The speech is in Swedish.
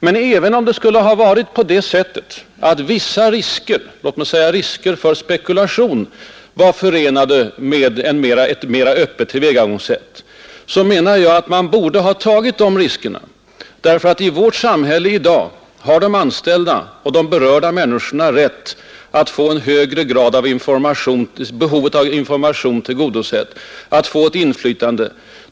Men även om det skulle ha varit på det sättet att vissa låt mig säga risker för spekulation hade varit förenade med ett mera öppet tillvägagångssätt, borde man ha tagit de riskerna, därför att i dagens samhälle har de anställda och de berörda människorna rätt att få behovet av information tillgodosett.